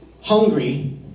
hungry